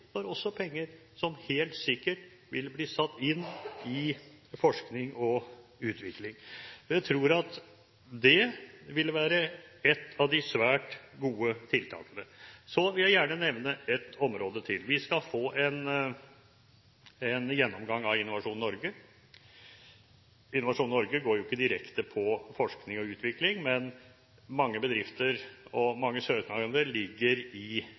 helt sikkert satt de pengene inn i forskning og utvikling. Jeg tror at det ville vært et av de svært gode tiltakene. Så vil jeg gjerne nevne et område til. Vi skal få en gjennomgang av Innovasjon Norge. Innovasjon Norge støtter ikke direkte forskning og utvikling, men mange bedrifter og mange søknader om det ligger i